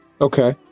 Okay